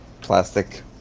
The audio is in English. plastic